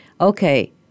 okay